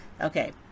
Okay